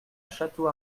château